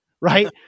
right